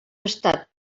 estat